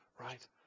right